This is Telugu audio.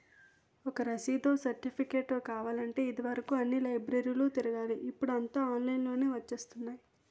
ఒక రసీదో, సెర్టిఫికేటో కావాలంటే ఇది వరుకు అన్ని లైబ్రరీలు తిరగాలి ఇప్పుడూ అంతా ఆన్లైన్ లోనే వచ్చేత్తున్నాయి